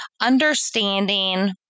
understanding